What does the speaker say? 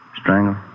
Strangle